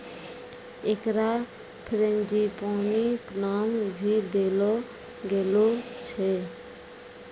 एकरा फ़्रेंजीपानी नाम भी देलो गेलो छै